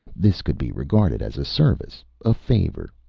this could be regarded as a service, a favor.